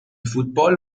فوتبال